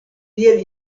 tiel